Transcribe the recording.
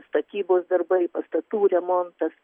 statybos darbai pastatų remontas